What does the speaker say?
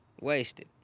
wasted